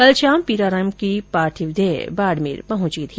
कल शाम पीराराम की पार्थिव देह बाडमेर पहुंची थी